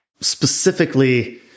specifically